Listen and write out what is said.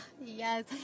Yes